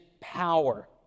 power